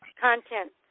content